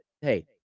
hey